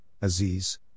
Aziz